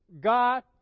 God